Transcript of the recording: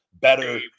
better